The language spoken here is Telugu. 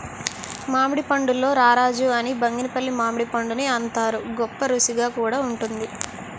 మామిడి పండుల్లో రారాజు అని బంగినిపల్లి మామిడిపండుని అంతారు, గొప్పరుసిగా కూడా వుంటుంది